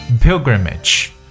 Pilgrimage